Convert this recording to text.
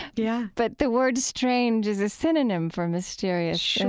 yeah but the word strange is a synonym for mysterious,